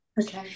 okay